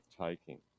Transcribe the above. taking